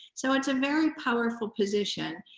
so, it's a very powerful position.